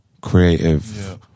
creative